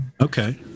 Okay